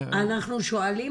אנחנו שואלים